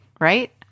Right